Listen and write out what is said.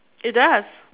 it does